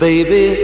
Baby